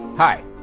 Hi